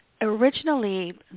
Originally